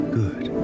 good